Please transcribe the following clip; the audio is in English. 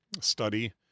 study